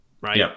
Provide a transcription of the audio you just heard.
right